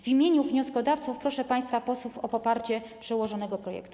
W imieniu wnioskodawców proszę państwa posłów o poparcie przedłożonego projektu.